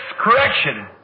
correction